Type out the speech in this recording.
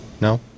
No